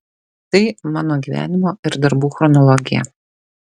tai mano gyvenimo ir darbų chronologija